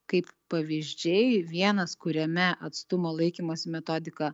kaip pavyzdžiai vienas kuriame atstumo laikymosi metodika